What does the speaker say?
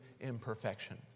imperfection